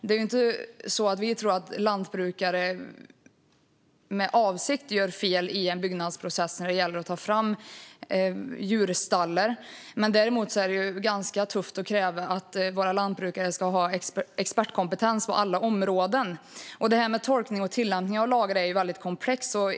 Det är inte så att vi tror att lantbrukare med avsikt gör fel i en byggnadsprocess när det gäller att ta fram djurstallar. Däremot är det ganska tufft att kräva att våra lantbrukare ska ha expertkompetens på alla områden, och det här med tolkning och tillämpning av lagar är väldigt komplext.